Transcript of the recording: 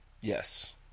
Yes